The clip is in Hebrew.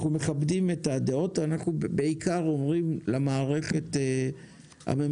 אנחנו מכבדים את הדעות ואנחנו בעיקר אומרים למערכת הממשלתית,